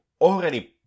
already